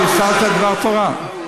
הפסדת דבר תורה.